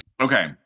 Okay